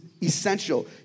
essential